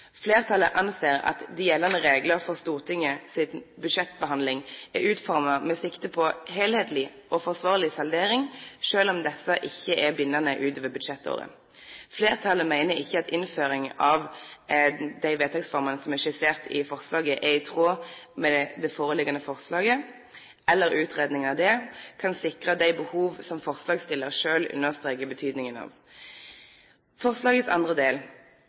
Flertallet anser at de gjeldende regler for Stortingets budsjettbehandling er utformet med sikte på helhetlig og forsvarlig saldering, selv om disse ikke er bindende utover budsjettåret. Flertallet mener ikke at innføring av de vedtaksformene som er skissert i forslaget, er i tråd med det foreliggende forslaget, eller utredningen av det, kan sikre de behov forslagsstillerne selv understreker betydningen av. Forslagets andre del